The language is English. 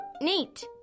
neat